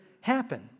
happen